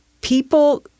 people